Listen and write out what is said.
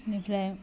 बेनिफ्राय